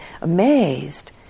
amazed